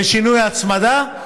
ושינוי ההצמדה,